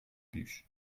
buch